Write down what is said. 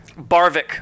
Barvik